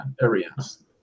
areas